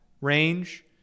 range